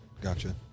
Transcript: Gotcha